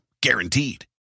guaranteed